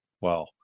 Wow